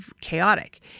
chaotic